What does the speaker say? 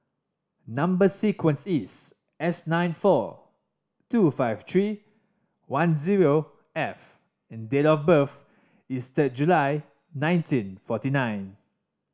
number sequence is S nine four two five three one zero F and date of birth is third July nineteen forty nine